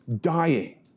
dying